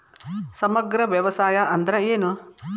ಸಮಗ್ರ ವ್ಯವಸಾಯ ಅಂದ್ರ ಏನು?